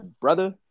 brother